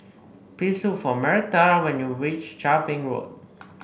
please look for Myrta when you reach Chia Ping Road